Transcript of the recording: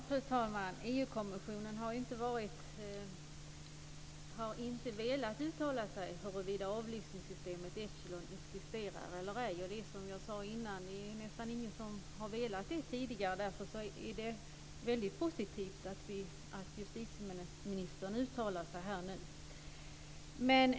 Fru talman! Europeiska kommissionen har inte velat uttala sig huruvida avlyssningssystemet Echelon existerar eller ej, och det är som jag sade tidigare nästan ingen som har velat göra det tidigare. Därför är det väldigt positivt att justitieministern uttalar sig här nu.